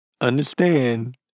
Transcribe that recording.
understand